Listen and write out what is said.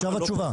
עכשיו התשובה.